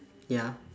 ya